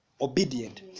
Obedient